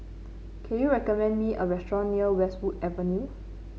can you recommend me a restaurant near Westwood Avenue